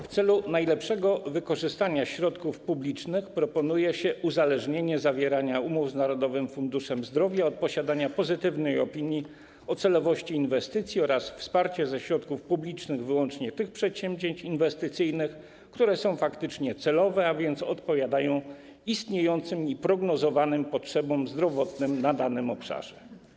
W celu najlepszego wykorzystania środków publicznych proponuje się uzależnienie zawierania umów z Narodowym Funduszem Zdrowia od posiadania pozytywnej opinii o celowości inwestycji oraz wsparcie ze środków publicznych wyłącznie tych przedsięwzięć inwestycyjnych, które są faktycznie celowe, a więc odpowiadają istniejącym i prognozowanym potrzebom zdrowotnym na danym obszarze.